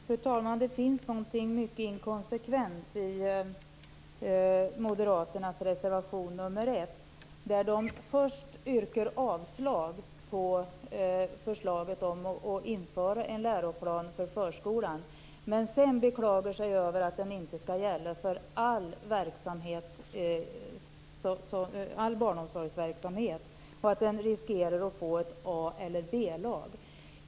Fru talman! Det finns någonting mycket inkonsekvent i Moderaternas reservation nr 1. Först yrkar de avslag på förslaget att införa en läroplan för förskolan. Sedan beklagar de sig över att den inte skall gälla för all barnomsorgsverksamhet. De säger att vi riskerar att få ett A och B-lag.